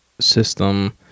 system